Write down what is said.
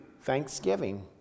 thanksgiving